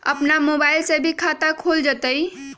अपन मोबाइल से भी खाता खोल जताईं?